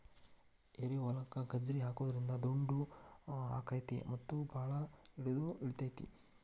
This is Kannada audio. ಏರಿಹೊಲಕ್ಕ ಗಜ್ರಿ ಹಾಕುದ್ರಿಂದ ದುಂಡು ಅಕೈತಿ ಮತ್ತ ಬಾಳ ಇಳದು ಇಳಿತೈತಿ